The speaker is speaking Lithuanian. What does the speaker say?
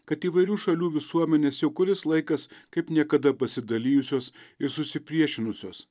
kad įvairių šalių visuomenės jau kuris laikas kaip niekada pasidalijusios ir susipriešinusios